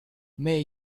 may